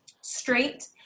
straight